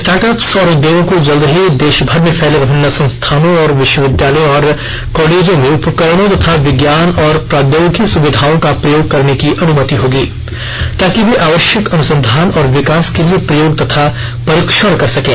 startups और उद्योगों को जल्द ही देशभर में फैले विभिन्न संस्थानों विश्वविद्यालयों और कॉलेजों में उपकरणों तथा विज्ञान और प्रौद्योगिकी सुविधाओं का प्रयोग करने की अनुमति होगी ताकि वे आवश्यक अनुसंधान और विकास के लिए प्रयोग तथा परीक्षण कर सकें